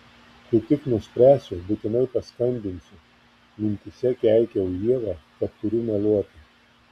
kai tik nuspręsiu būtinai paskambinsiu mintyse keikiau ievą kad turiu meluoti